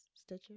Stitcher